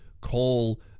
call